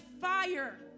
fire